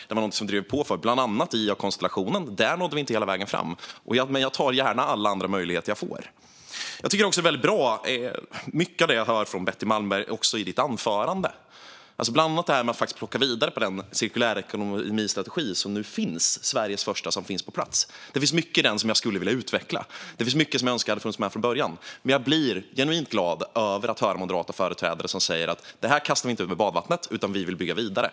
Det var något som vi drev bland annat i den där konstellationen. Där nådde vi inte hela vägen fram, men jag tar gärna alla andra möjligheter jag får. Mycket av det jag hör från Betty Malmberg, också i hennes anförande, tycker jag är väldigt bra, bland annat det som handlar om att bygga vidare på den cirkulärekonomistrategi som nu finns på plats, Sveriges första. Det finns mycket i den som jag skulle vilja utveckla. Det är mycket som jag önskar hade funnits med från början. Men jag blir genuint glad över att höra moderata företrädare säga: Detta kastar vi inte ut med badvattnet, utan vi vill bygga vidare.